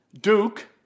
Duke